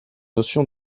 notion